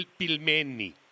pilmeni